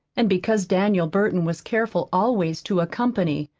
and because daniel burton was careful always to accompany,